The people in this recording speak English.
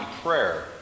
prayer